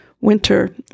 winter